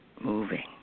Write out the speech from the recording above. moving